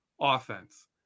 offense